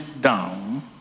down